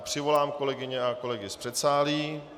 Přivolám kolegyně a kolegy z předsálí.